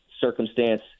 circumstance